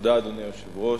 אדוני היושב-ראש,